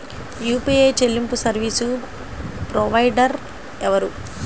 UPI చెల్లింపు service provider ఎవరు?